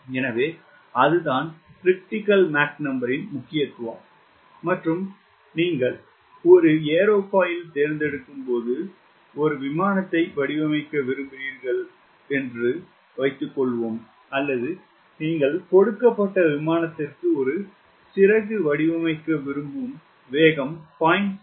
எனவே அதுதான் Mcr இன் முக்கியத்துவம் மற்றும் நீங்கள் ஒரு ஏரோஃபாயில் தேர்ந்தெடுக்கும்போது நீங்கள் ஒரு விமானத்தை வடிவமைக்க விரும்புகிறீர்கள் என்று வைத்துக்கொள்வோம் அல்லது நீங்கள் கொடுக்கப்பட்ட விமானத்திற்கு ஒரு சிறகு வடிவமைக்க நீங்கள் விரும்பும் வேகம் 0